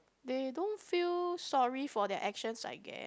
they don't feel sorry for their actions I guess